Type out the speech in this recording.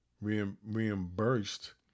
reimbursed